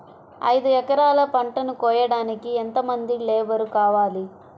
ఐదు ఎకరాల పంటను కోయడానికి యెంత మంది లేబరు కావాలి?